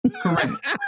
Correct